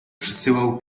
przysyłał